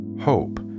hope